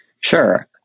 Sure